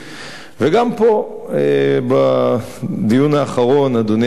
גם פה, בדיון האחרון, אדוני היושב-ראש,